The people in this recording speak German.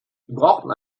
brauchten